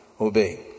obey